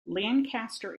lancaster